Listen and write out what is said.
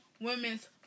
women's